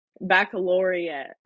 baccalaureate